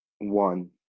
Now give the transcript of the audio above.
one